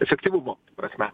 efektyvumo prasme